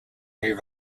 ray